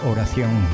Oración